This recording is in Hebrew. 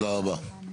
תודה רבה.